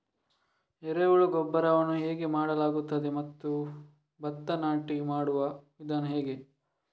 ಎರೆಹುಳು ಗೊಬ್ಬರವನ್ನು ಹೇಗೆ ಮಾಡಲಾಗುತ್ತದೆ ಮತ್ತು ಭತ್ತ ನಾಟಿ ಮಾಡುವ ವಿಧಾನ ಹೇಗೆ?